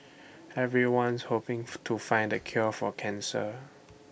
everyone's hoping to find the cure for cancer